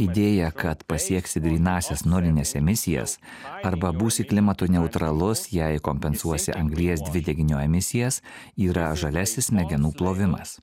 idėja kad pasieksi grynąsias nulines emisijas arba būsi klimatui neutralus jei kompensuosi anglies dvideginio emisijas yra žaliasis smegenų plovimas